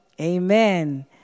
Amen